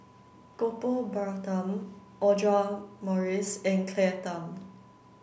Gopal Baratham Audra Morrice and Claire Tham